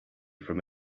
from